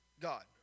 God